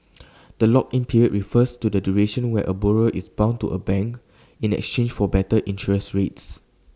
the lock in period refers to the duration where A borrower is bound to A bank in exchange for better interest rates